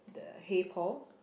the hey Paul